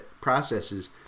processes